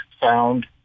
found